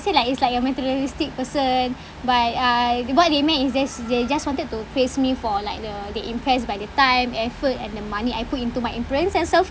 say like it's like a materialistic person but I what they meant is just they just wanted to praise me for like the they're impressed by the time effort and the money I put into my appearance and self